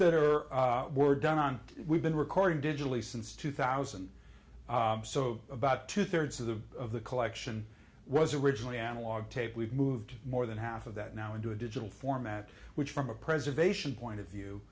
that are were done on we've been recording digitally since two thousand so about two thirds of the collection was originally analog tape we've moved more than half of that now into a digital format which from a preservation point of view